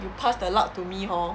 you pass the luck to me hor